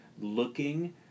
looking